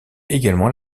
également